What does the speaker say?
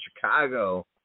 Chicago